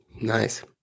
Nice